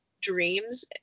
dreams